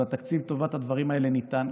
אבל התקציב לטובת הדברים האלה ניתן,